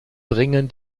bringen